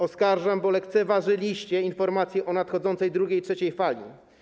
Oskarżam, bo lekceważyliście informacje o nadchodzącej drugiej, trzeciej fali.